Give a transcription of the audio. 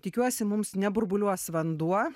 tikiuosi mums neburbuliuos vanduo